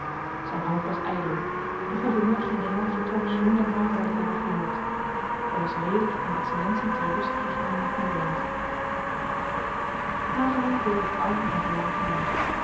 zyn hoop was ydel de gouverneur-generaal vertrok zonder havelaar te hebben gehoord er was weder een excellentie ter ruste gegaan in t moederland havelaar doolde arm en verlaten rond